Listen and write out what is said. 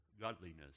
godliness